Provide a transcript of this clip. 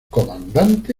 comandante